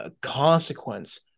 consequence